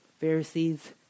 Pharisees